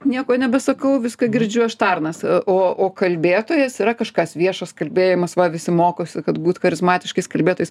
nieko nebesakau viską girdžiu aš tarnas o o kalbėtojas yra kažkas viešas kalbėjimas va visi mokosi kad būt charizmatiškais kalbėtojais